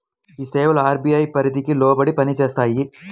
ఈ సేవలు అర్.బీ.ఐ పరిధికి లోబడి పని చేస్తాయా?